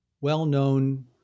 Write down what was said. well-known